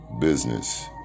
business